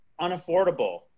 unaffordable